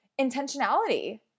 intentionality